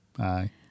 Aye